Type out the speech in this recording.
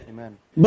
Amen